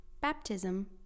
baptism